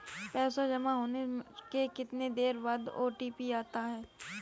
पैसा जमा होने के कितनी देर बाद ओ.टी.पी आता है?